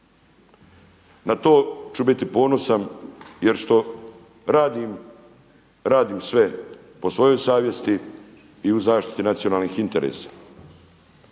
Na to ću biti ponosan jer što radim, radim sve po svojoj savjesti i u zaštiti nacionalnih interesa.